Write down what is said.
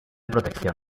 protección